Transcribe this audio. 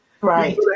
Right